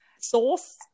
source